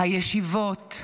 הישיבות,